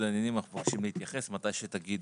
העניינים אנחנו מבקשים להתייחס מתי שתגידו,